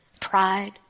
Pride